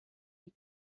die